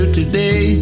today